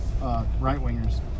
right-wingers